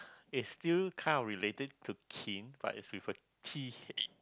is still kind of related to kin but is with a T H